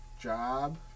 job